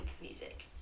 music